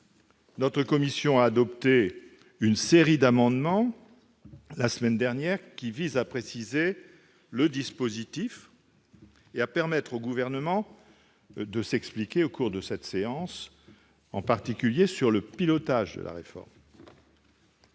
Notre commission a adopté la semaine dernière une série d'amendements visant à préciser le dispositif et à permettre au Gouvernement de s'expliquer au cours de cette séance, en particulier sur le pilotage de la réforme.